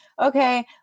okay